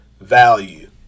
value